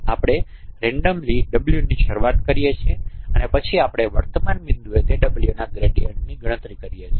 આપણે રેન્ડમલી wની શરૂઆત કરીએ છીએ અને પછી આપણે વર્તમાન બિંદુએ તે wની ગ્રેડીયંટ ગણતરી કરીએ છીએ